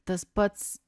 tas pats